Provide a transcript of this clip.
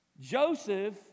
Joseph